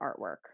artwork